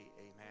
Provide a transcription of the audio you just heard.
amen